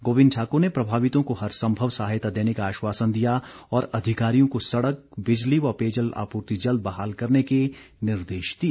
गोविंद ठाक्र ने प्रभावितों को हर संभव सहायता देने का आश्वासन दिया और अधिकारियों को सड़क बिजली व पेयजल आपूर्ति जल्द बहाल करने के निर्देश दिए